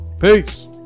Peace